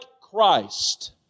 Christ